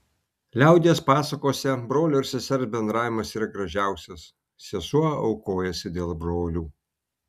liaudies pasakose brolio ir sesers bendravimas yra gražiausias sesuo aukojasi dėl brolių